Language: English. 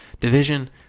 division